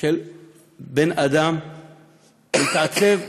של בן אדם מתעצב,